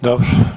Dobro.